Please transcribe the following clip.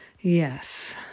yes